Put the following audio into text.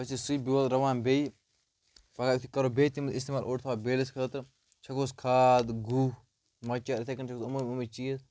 أسۍ چھِ سُے بیول رُوان بیٚیہِ پگاہ یُتھُے کَرو بیٚیہِ تَمیُک اِستعمال اوٚڑ تھاوو بیٛٲلِس خٲطرٕ چھَکوَس کھاد گُہہ مۄچَر یِتھَے کٔنۍ چھِ أسۍ یِمَے یِمَے چیٖز